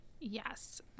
Yes